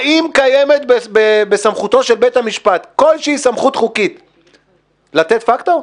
האם בסמכותו של בית המשפט סמכות חוקית כלשהי לתת פקטור?